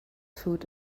food